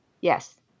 Yes